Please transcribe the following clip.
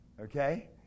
okay